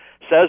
says